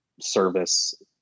service